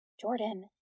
Jordan